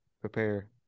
Prepare